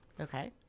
Okay